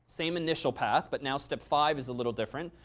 same initial path, but now step five is a little different.